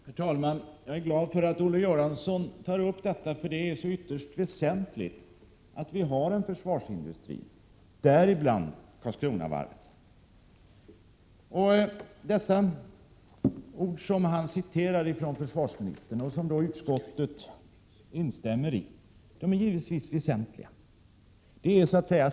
Herr talman! Jag är glad för att Olle Göransson tar upp den moderata reservationen om försvarsforskning och försvarsindustri. Det är ytterst väsentligt att vi har en försvarsindustri, däribland Karlskronavarvet. De ord från försvarsministern som Olle Göransson citerar och som utskottet instämmer i är givetvis väsentliga.